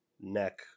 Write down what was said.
neck